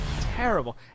terrible